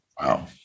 Wow